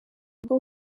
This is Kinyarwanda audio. bwo